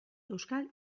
euskal